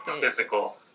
physical